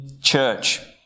church